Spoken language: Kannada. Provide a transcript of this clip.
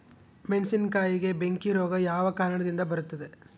ಮೆಣಸಿನಕಾಯಿಗೆ ಬೆಂಕಿ ರೋಗ ಯಾವ ಕಾರಣದಿಂದ ಬರುತ್ತದೆ?